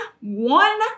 one